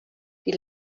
die